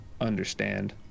understand